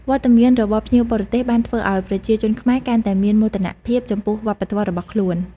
វត្តមានរបស់ភ្ញៀវបរទេសបានធ្វើឲ្យប្រជាជនខ្មែរកាន់តែមានមោទនភាពចំពោះវប្បធម៌របស់ខ្លួន។